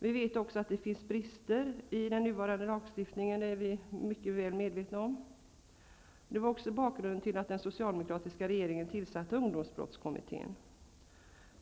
Vi vet också att den nuvarande lagstiftningen har brister, det är vi väl medvetna om. Det var också mot den bakgrunden som den socialdemokratiska regeringen tillsatte ungdomsbrottskommittén.